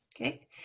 Okay